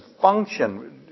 function